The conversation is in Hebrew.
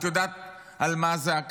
את יודעת על מה הזעקה?